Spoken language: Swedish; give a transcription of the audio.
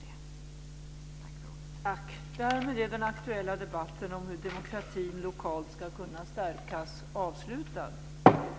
Tack för ordet.